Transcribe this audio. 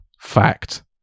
Fact